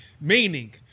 Meaning